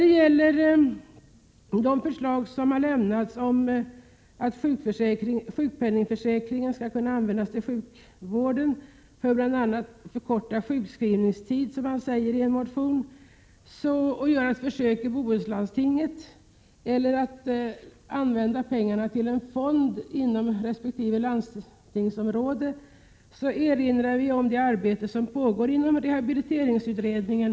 Det har lämnats förslag om att sjukpenningförsäkringen skulle kunna tillämpas inom sjukvården, bl.a. för att förkorta sjukskrivningstiden — det har gjorts försök inom Bohusläns landsting — eller att man skulle sätta in pengarna på en fond inom resp. landstingsområde. Det pågår arbete inom rehabiliteringsutredningen.